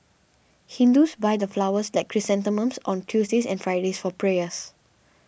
Hindus buy the flowers like chrysanthemums on Tuesdays and Fridays for prayers